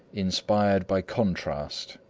inspired by contrast.